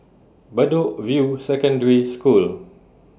Bedok View Secondary School